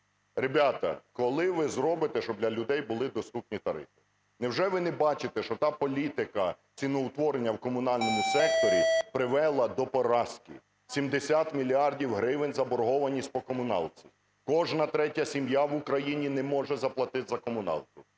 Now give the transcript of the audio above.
ребята, коли ви зробите, щоб для людей були доступні тарифи? Невже ви не бачите, що та політика ціноутворення в комунальному секторі привела до поразки? 70 мільярдів гривень заборгованість по комуналці, кожна третя сім'я в Україні не може заплатити за комуналку.